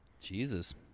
Jesus